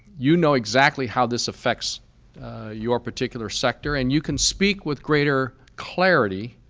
you know exactly how this affects your particular sector and you can speak with greater clarity